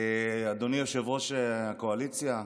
אדוני יושב-ראש הקואליציה,